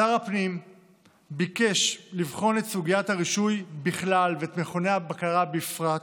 שר הפנים ביקש לבחון את סוגיית הרישוי בכלל ואת מכוני הבקרה בפרט.